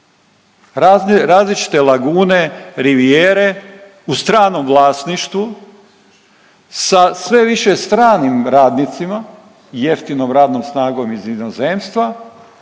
Različite lagune, rivijere u stranom vlasništvu sa sve više stranim radnicima, jeftinom radnom snagom iz inozemstva